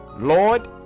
Lord